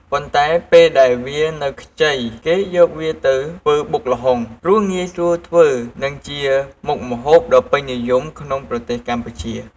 ប៉ុន្តែពេលដែលវានៅខ្ចីគេយកវាទៅធ្វើបុកល្ហុងព្រោះងាយស្រួលធ្វើនិងជាមុខម្ហូបដ៏ពេញនិយមក្នុងប្រទេសកម្ពុជា។